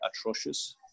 atrocious